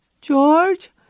George